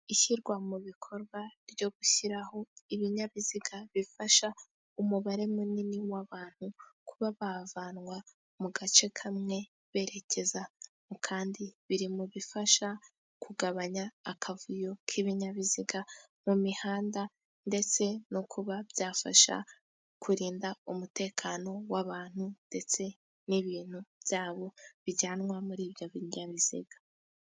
Ishyirwa mu bikorwa ryo gushyiraho ibinyabiziga bifasha umubare munini w'abantu kuba bavanwa mu gace kamwe berekeza mu kandi, biri mu bifasha kugabanya akavuyo k'ibinyabiziga mu mihanda ndetse no kuba byafasha kurinda umutekano w'abantu, ndetse n'ibintu byabo bijyanwa muri ibyo binyabiziga.